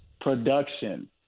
production